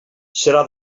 serà